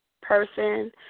person